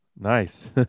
Nice